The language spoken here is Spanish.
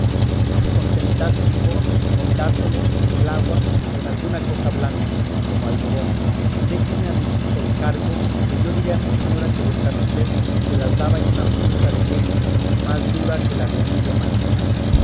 de burla se contentase digo con dárselas en el agua o en alguna cosa blanda como algodón y déjeme a mí el cargo que yo diré a mi señora que vuestra merced se las daba en una punta de peña más dura que la de un diamante